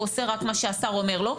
כי הוא עושה רק מה שהשר אומר לו.